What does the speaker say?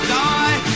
die